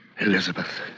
Elizabeth